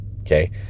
Okay